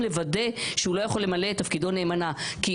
לוודא שהוא לא יכול למלא את תפקידו נאמנה כי